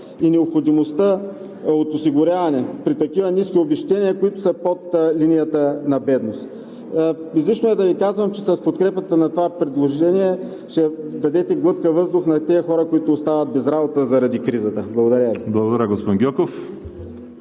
и необходимостта от осигуряване при такива ниски обезщетения, които са под линията на бедност. Излишно е да Ви казвам, че с подкрепата на това предложение ще дадете глътка въздух на тези хора, които остават без работа заради кризата. Благодаря Ви. ПРЕДСЕДАТЕЛ ВАЛЕРИ